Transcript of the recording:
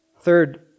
Third